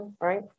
right